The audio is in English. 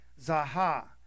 zaha